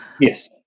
Yes